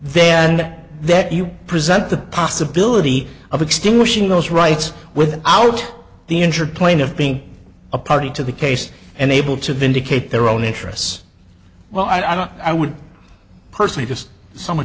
end that you present the possibility of extinguishing those rights with out the injured playing of being a party to the case and able to vindicate their own interests well i don't i would personally just someone